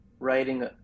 writing